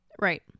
Right